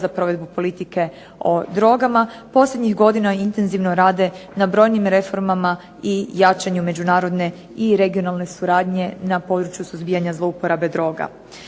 za provedbu politike o drogama, posljednjih godina intenzivno rade na brojnim reformama i jačanju međunarodne i regionalne suradnje na području suzbijanja zloupotreba droga.